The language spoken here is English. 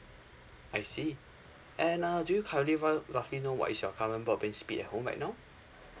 I see and uh do you currently roughly know what is your current broadband speed at home right now